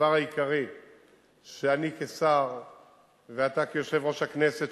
שהדבר העיקרי שאני כשר ואתה כיושב-ראש הכנסת,